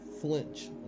flinch